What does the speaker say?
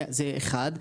זה אחד.